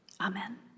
Amen